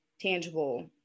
tangible